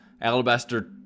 Alabaster